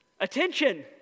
attention